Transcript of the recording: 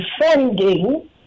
defending